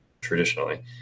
traditionally